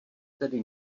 tedy